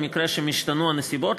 במקרה שהשתנו הנסיבות,